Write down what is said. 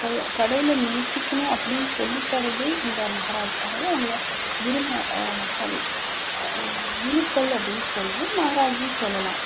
க கடவுளை நேசிக்கணும் அப்படின்னு சொல்லித்தரதே இந்த மஹராஜ் அதாவது அவங்கள குரும்ப சாரி குருக்கள் அப்படின்னு சொல்வோம் மஹராஜுன்னு சொல்லலாம்